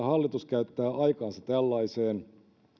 hallitus käyttää aikaansa tällaiseen